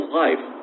life